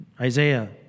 Isaiah